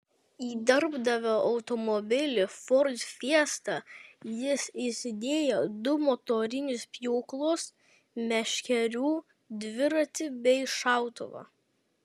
į darbdavio automobilį ford fiesta jis įsidėjo du motorinius pjūklus meškerių dviratį bei šautuvą